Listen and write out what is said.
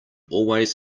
always